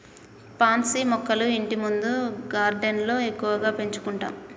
pansy మొక్కలు ఇంటిముందు గార్డెన్లో ఎక్కువగా పెంచుకుంటారు